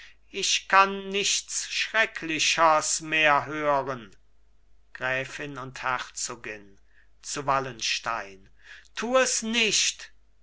ich kann nichts schrecklichers mehr hören gräfin und herzogin zu wallenstein tu es nicht